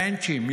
מענטשים,